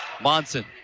Monson